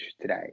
today